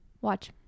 Watch